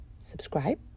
subscribe